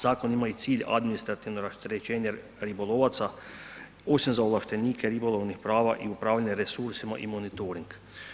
Zakon ima i cilj administrativnog rasterećenja ribolovaca osim za ovlaštenike ribolovnih prava i upravljanja resursima i monitoring.